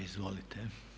Izvolite.